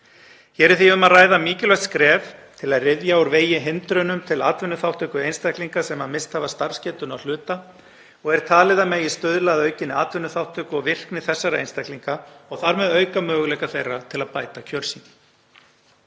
Hér er því um að ræða mikilvægt skref til að ryðja úr vegi hindrunum til atvinnuþátttöku einstaklinga sem misst hafa starfsgetuna að hluta og er talið að megi stuðla að aukinni atvinnuþátttöku og virkni þessara einstaklinga og þar með auka möguleika þeirra til að bæta kjör sín.